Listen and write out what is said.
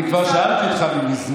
אני כבר שאלתי אותך מזמן.